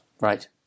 Right